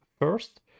first